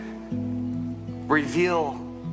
reveal